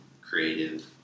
creative